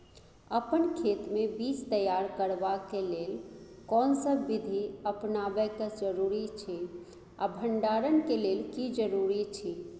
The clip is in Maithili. अपन खेत मे बीज तैयार करबाक के लेल कोनसब बीधी अपनाबैक जरूरी अछि आ भंडारण के लेल की जरूरी अछि?